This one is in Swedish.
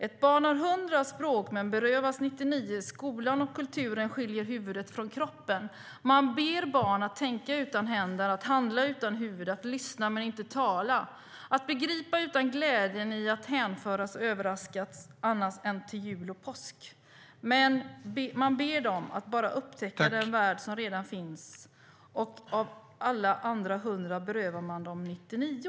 Ett barn har hundra språk men berövas nittionio Skolan och kulturen skiljer huvudet från kroppen Man ber barn att tänka utan händer att handla utan huvud att lyssna men inte tala att begripa utan glädjen i att hänföras och överraskas annat än till jul och påsk Man ber dem att bara upptäcka den värld som redan finns och av alla hundra berövar man dem nittionio